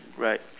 right